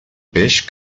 peix